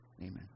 amen